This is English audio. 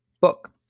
book